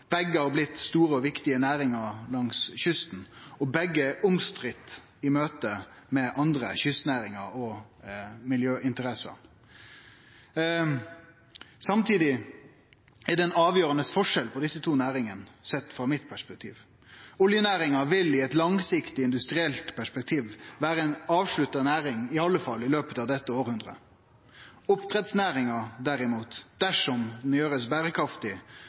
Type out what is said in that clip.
Begge har blitt store og viktige næringar langs kysten, og begge er omstridde i møte med andre kystnæringar og miljøinteresser. Samtidig er det ein avgjerande forskjell på desse to næringane sett frå mitt perspektiv. Oljenæringa vil i eit langsiktig industrielt perspektiv vere ei avslutta næring, iallfall i løpet av dette hundreåret. Oppdrettsnæringa, derimot, dersom ho blir gjord berekraftig,